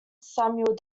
samuel